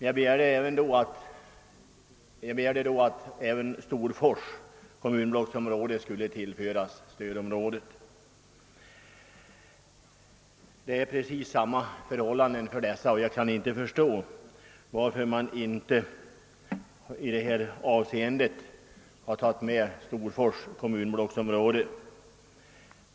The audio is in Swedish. Jag begärde då att även Storfors kommunblocksområde skulle tillföras stödområdet. Förhållandena där är desamma som i de andra tre kommunblocksområdena, och jag kan inte förstå varför man inte tagit med Storfors kommunblocksområde.